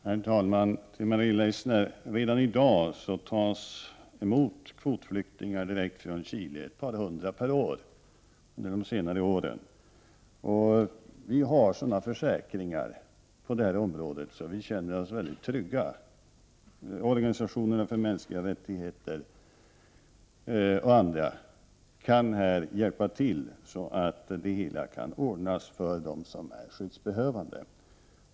Herr talman! Jag vill säga till Maria Leissner att det under de senaste åren årligen har tagits emot ett par hundra kvotflyktingar från Chile. På det här området har vi sådana försäkringar att vi känner oss mycket trygga. Organisationerna för mänskliga rättigheter och andra kan här hjälpa till, så att problemen kan lösas för de skyddsbehövande.